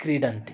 क्रीडन्ति